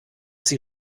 sie